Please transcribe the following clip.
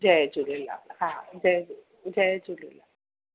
जय झूलेलाल हा जय झूले जय झूलेलाल